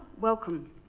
welcome